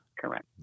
correct